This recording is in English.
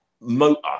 motor